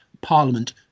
parliament